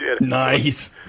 Nice